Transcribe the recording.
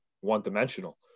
one-dimensional